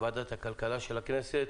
לוועדת הכלכלה של הכנסת.